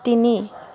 তিনি